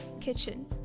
Kitchen